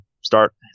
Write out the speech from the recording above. start